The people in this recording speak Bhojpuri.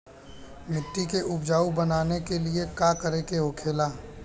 मिट्टी के उपजाऊ बनाने के लिए का करके होखेला?